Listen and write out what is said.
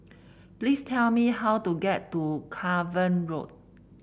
please tell me how to get to Cavan Road